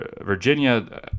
Virginia